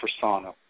persona